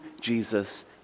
Jesus